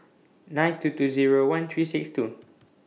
nine two two Zero one three six two